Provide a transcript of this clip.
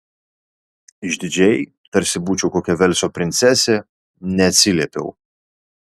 išdidžiai tarsi būčiau kokia velso princesė neatsiliepiau